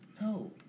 No